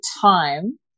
time